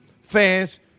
fans